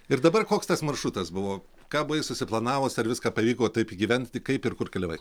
ir dabar koks tas maršrutas buvo ką buvai susiplanavus ar viską pavyko taip įgyvent kaip ir kur keliavai